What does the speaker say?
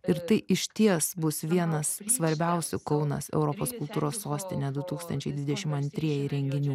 ir tai išties bus vienas svarbiausių kaunas europos kultūros sostinė du tūkstančiai dvidešim antrieji renginių